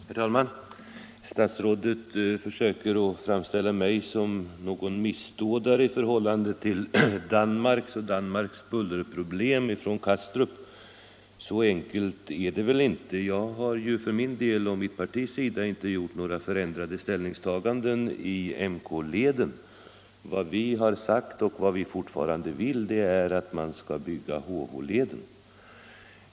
Herr talman! Statsrådet försöker framställa mig som en missdådare när det gäller de danska bullerproblemen från Kastrup, men så enkelt är det väl inte. Från mitt och mitt partis sida har det ju inte gjorts något ändrat ställningstagande i fråga om KM-leden. Vad vi har sagt och vad vi fortfarande vill är att man skall bygga HH-leden.